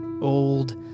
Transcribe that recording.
Old